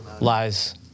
lies